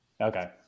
Okay